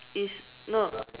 is no